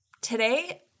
today